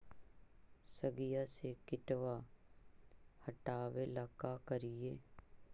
सगिया से किटवा हाटाबेला का कारिये?